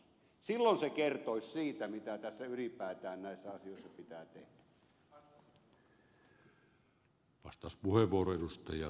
silloin se kertoisi siitä mitä ylipäätään näissä asioissa pitää tehdä